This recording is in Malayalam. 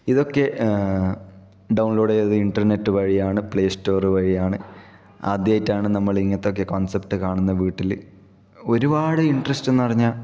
ഇതൊക്കെ ഡൗൺലോഡ് ചെയ്തിരുന്നത് ഇന്റർനെറ്റ് വഴിയാണ് പ്ലൈ സ്റ്റോറ് വഴിയാണ് ആദ്യമായിട്ടാണ് നമ്മൾ ഇങ്ങനത്തെ ഒക്കെ കോൺസെപ്റ്റ് കാണുന്നത് വീട്ടില് ഒരുപാട് ഇൻട്രസ്റ്റ് എന്ന് പറഞ്ഞാൽ